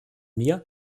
mir